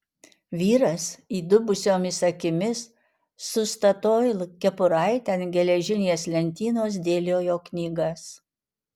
vyras įdubusiomis akimis su statoil kepuraite ant geležinės lentynos dėliojo knygas